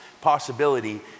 possibility